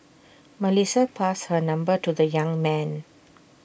Melissa passed her number to the young man